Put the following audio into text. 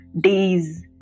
days